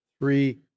three